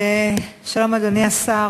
שלום, אדוני השר,